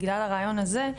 בגלל הרעיון הזה,